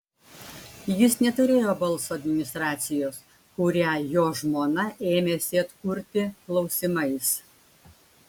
jis neturėjo balso administracijos kurią jo žmona ėmėsi atkurti klausimais